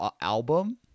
album